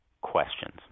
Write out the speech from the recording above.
questions